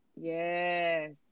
Yes